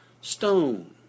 stone